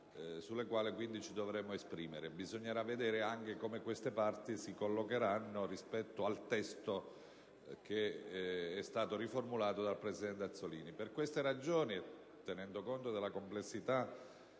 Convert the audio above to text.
sulle quali quindi ci dovremo esprimere. Bisognerà vedere anche come queste si collocheranno rispetto al testo che è stato riformulato dal presidente Azzollini. Per queste ragioni, tenendo conto della complessità